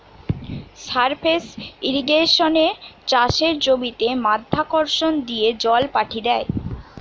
surface ইর্রিগেশনে চাষের জমিতে মাধ্যাকর্ষণ দিয়ে জল পাঠি দ্যায়